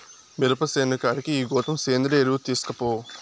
మిరప సేను కాడికి ఈ గోతం సేంద్రియ ఎరువు తీస్కపో